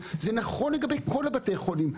זה נכון לגבי כל בתי החולים,